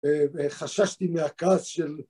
וחששתי מהכעס של...